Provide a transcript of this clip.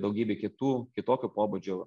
daugybė kitų kitokio pobūdžio